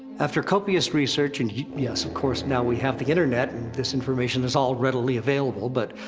after copious research, and yes of course now we have the internet, and this information is all readily available, but.